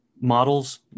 models